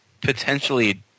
potentially